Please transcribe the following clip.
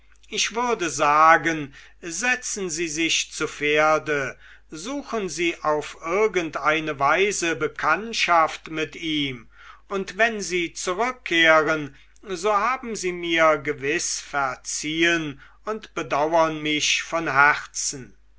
ich würde sagen setzen sie sich zu pferde suchen sie auf irgendeine weise bekanntschaft mit ihm und wenn sie zurückkehren so haben sie mir gewiß verziehen und bedauern mich von herzen